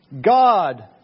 God